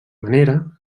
manera